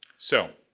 so,